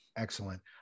Excellent